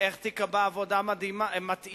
איך תיקבע עבודה מתאימה,